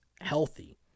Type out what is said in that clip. healthy